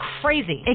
crazy